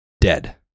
DEAD